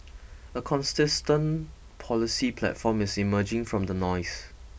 a consistent policy platform is emerging from the noise